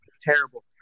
terrible